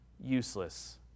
useless